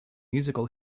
musical